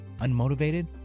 unmotivated